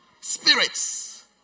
spirits